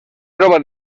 troba